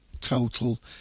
total